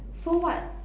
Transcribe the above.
so what